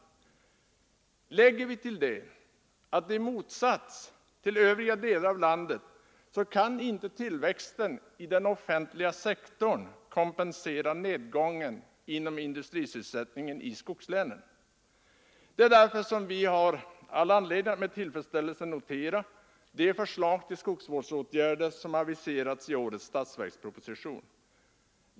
Till detta skall läggas att i motsats till i övriga delar av landet kan inte tillväxten i den offentliga sektorn kompensera nedgången inom industrisysselsättningen i skogslänen. Det är därför som vi har anledning att med tillfredsställelse notera det förslag till skogsvårdsåtgärder som aviseras i årets statsverksproposition.